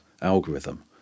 algorithm